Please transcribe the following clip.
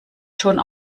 schon